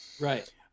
Right